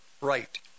right